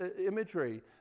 imagery